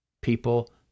people